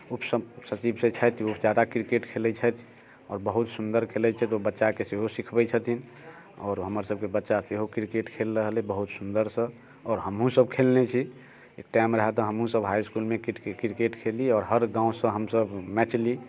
उपसचिव जे छथि ओ जादा क्रिकेट खेलैत छथि आओर बहुत सुन्दर खेलैत छथि ओ बच्चा सबके सेहो सीखबैत छथिन आओत हमर सबके बच्चा सेहो क्रिकेट खेल रहल अइ बहुत सुंदरसँ आओर हमहुँ सब खेलने छी एक टाइम रहे तऽ हमहुँ सब हाइ इसकुलमे क्रिकेट खेली आओर हर गाँवसँ हमसब मैच ली